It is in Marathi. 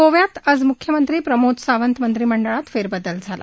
गोव्यात आज मुख्यमंत्री प्रमोद सावंत मंत्रिमंडळात फेरबदल झाला